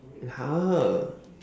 it's her